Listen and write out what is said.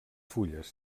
fulles